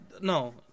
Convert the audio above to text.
No